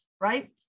right